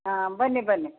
ಹಾಂ ಬನ್ನಿ ಬನ್ನಿ